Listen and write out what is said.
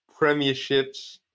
premierships